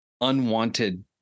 unwanted